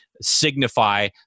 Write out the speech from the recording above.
signify